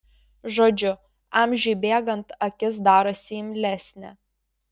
žodžiu amžiui bėgant akis darosi imlesnė